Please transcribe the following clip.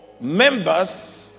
members